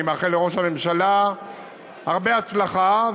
אני מאחל לראש הממשלה הרבה הצלחה.